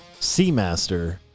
seamaster